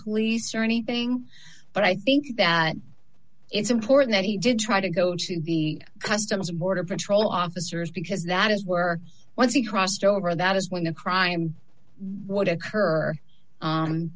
police or anything but i think that it's important that he did try to go to the customs and border patrol officers because that is were once he crossed over that is when a crime would occur